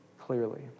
clearly